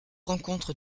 rencontre